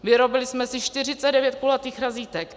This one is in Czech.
Vyrobili jsme si 49 kulatých razítek.